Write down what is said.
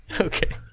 Okay